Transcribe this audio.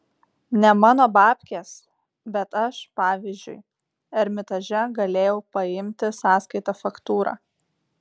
ne mano babkės bet aš pavyzdžiui ermitaže galėjau paimti sąskaitą faktūrą